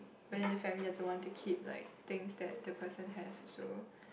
but then the family doesn't want to keep like things that the person has also